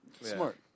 Smart